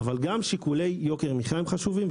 אבל גם שיקולי יוקר מחיה הם חשובים.